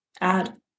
add